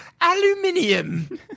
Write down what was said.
Aluminium